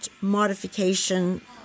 modification